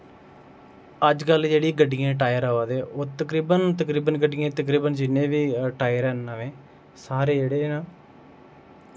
अज्ज कल जेह्ड़ी गड्डियें टायर अवा दे ओह् तकरीबन तकरीन गड्डियें तकरीबन जिन्ने बी टायर न नमें सारे जेह्ड़े न